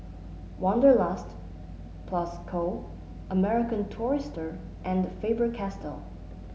Wanderlust Plus Co American Tourister and Faber Castell